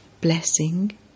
Blessing